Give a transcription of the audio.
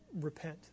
repent